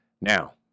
Now